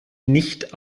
nicht